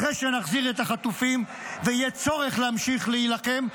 אחרי שנחזיר את החטופים ויהיה צורך להמשיך להילחם,